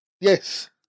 Yes